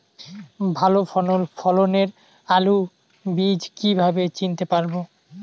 ভালো ফলনের আলু বীজ কীভাবে চিনতে পারবো?